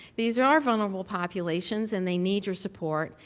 these are our vulnerable populations, and they need your support.